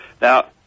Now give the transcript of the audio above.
Now